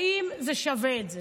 האם זה שווה את זה?